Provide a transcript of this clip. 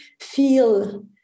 feel